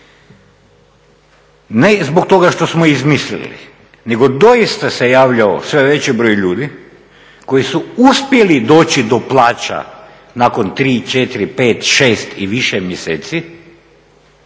Ne zbog toga što smo izmislili nego doista se javljao sve veći broj ljudi koji su uspjeli doći do plaća nakon 3, 4, 5, 6 i više mjeseci